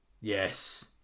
Yes